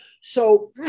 So-